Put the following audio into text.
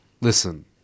Listen